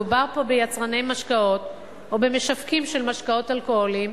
מדובר פה ביצרני משקאות או במשווקים של משקאות אלכוהוליים,